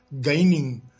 gaining